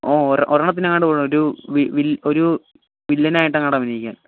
ഓ ഒരു എണ്ണത്തിന് എങ്ങാണ്ടു പോയിട്ടുണ്ട് ഒരു വില്ല ഒരു വില്ലനായിട്ട് എങ്ങാണ്ടു അഭിനയിക്കാൻ